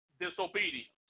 disobedience